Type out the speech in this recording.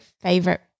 favorite